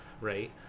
Right